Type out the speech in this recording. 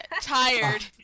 Tired